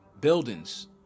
buildings